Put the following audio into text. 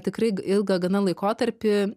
tikrai g ilgą gana laikotarpį